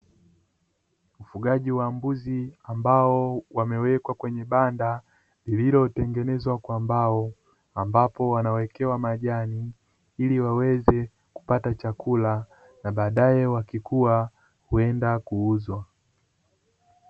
Ufugaji wa mbuzi ambao wamewekwa kwenye banda lililo tengenezwa kwa mbao ambapo wanawekewa majani ili waweze kupata chakula na baadae wakikua kwenda kuuzwa.